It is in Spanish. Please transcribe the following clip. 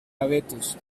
abetos